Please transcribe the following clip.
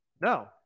no